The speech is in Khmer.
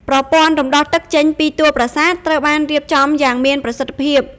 ប្រព័ន្ធរំដោះទឹកចេញពីតួប្រាសាទ ត្រូវបានរៀបចំយ៉ាងមានប្រសិទ្ធភាព។